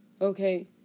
okay